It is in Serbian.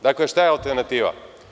Dakle, šta je alternativa?